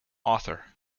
author